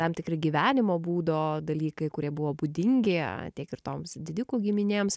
tam tikri gyvenimo būdo dalykai kurie buvo būdingi tiek ir toms didikų giminėms